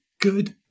good